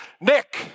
Nick